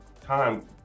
time